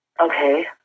Okay